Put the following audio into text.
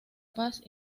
paz